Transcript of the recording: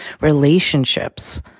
relationships